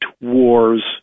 wars